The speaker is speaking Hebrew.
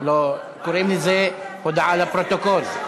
לא, קוראים לזה הודעה לפרוטוקול.